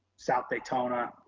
south daytona,